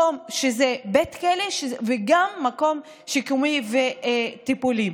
בית כלא וגם מקום שיקומי וטיפולי.